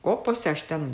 kopose aš ten